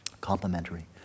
Complementary